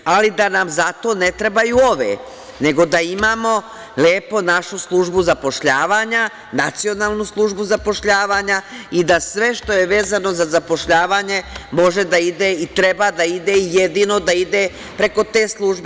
Ali da nam zato ne trebaju ove, nego da imamo lepo našu službu zapošljavanja, nacionalnu službu zapošljavanja i da sve što je vezano za zapošljavanje može da ide i treba da ide i jedino da ide preko te službe.